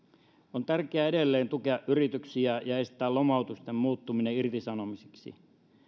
on tärkeää edelleen tukea yrityksiä ja estää lomautusten muuttuminen irtisanomisiksi